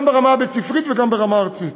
גם ברמה הבית-ספרית וגם ברמה הארצית.